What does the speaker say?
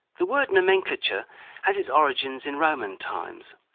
the word nomenclature has its origins in roman times.